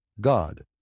God